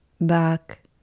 back